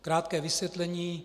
Krátké vysvětlení.